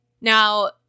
Now